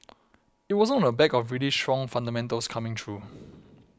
it wasn't on the back of really strong fundamentals coming through